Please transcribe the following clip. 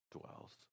dwells